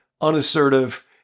unassertive